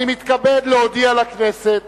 אני מתכבד להודיע לכנסת